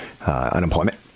unemployment